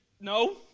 No